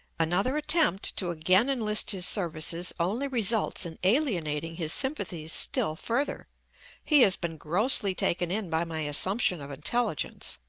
another attempt to again enlist his services only results in alienating his sympathies still further he has been grossly taken in by my assumption of intelligence.